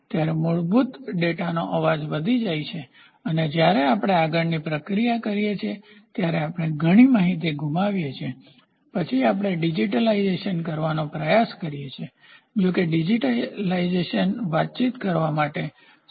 ત્યારે મૂળભૂત ડેટાનો અવાજ વધી જાય છે અને જ્યારે આપણે આગળની પ્રક્રિયા કરીએ છીએ ત્યારે આપણે ઘણી માહિતી ગુમાવીએ છીએ પછી આપણે ડિજિટાઇઝેશન કરવાનો પ્રયાસ કરીએ છીએ જો કે ડિજિટાઇઝેશન વાતચીત કરવા માટે સરળ છે